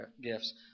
gifts